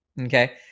Okay